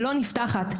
לא נפתחת.